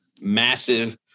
massive